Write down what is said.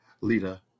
Lita